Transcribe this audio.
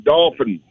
Dolphin